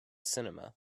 cinema